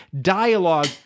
dialogue